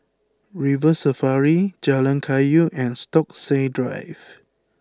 River Safari Jalan Kayu and Stokesay Drive